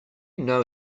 know